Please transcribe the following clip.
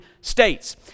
States